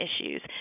issues